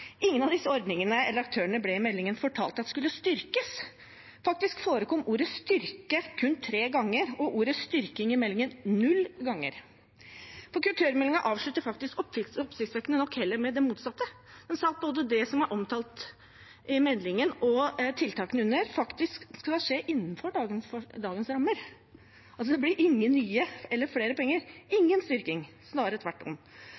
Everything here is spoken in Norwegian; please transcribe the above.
ingen av disse ordningene eller aktørene ble i meldingen fortalt at de skulle styrkes. Faktisk forekom ordet «styrke» kun tre ganger i meldingen og ordet «styrking» null ganger. Kulturmeldingen avsluttet faktisk oppsiktsvekkende nok heller med det motsatte. Den sa at både det som var omtalt i meldingen, og tiltakene under den, faktisk skal skje innenfor dagens rammer. Det blir altså ingen nye eller flere penger – ingen styrking, snarere tvert om.